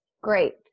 Great